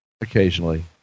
Occasionally